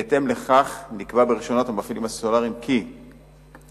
בהתאם לכך נקבע ברשיונות המפעילים הסלולריים כי הגישה